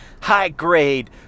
high-grade